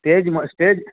தேதி ம தேதி